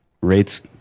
rates